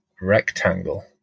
rectangle